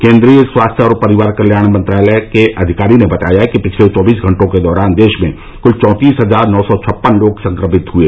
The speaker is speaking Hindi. केन्द्रीय स्वास्थ्य और परिवार कल्याण मंत्रालय के अधिकारी ने बताया कि पिछले चौबीस घंटों के दौरान देश में कुल चौंतीस हजार नौ सौ छप्पन लोग संक्रमित हुए